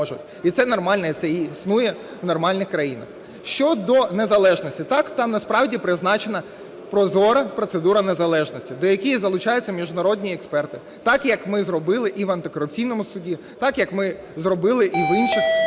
і це існує в нормальних країнах. Щодо незалежності, так, там, насправді призначена прозора процедура незалежності, до якої залучаються міжнародні експерти. Так, як ми зробили і в антикорупційному суді, так, як ми зробили і в інших